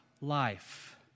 life